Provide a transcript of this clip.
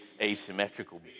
asymmetrical